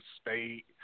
State